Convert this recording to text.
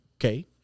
okay